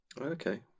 Okay